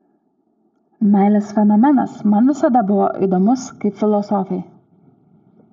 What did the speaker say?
meilės fenomenas man visada buvo įdomus kaip filosofei